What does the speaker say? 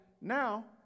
now